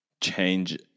change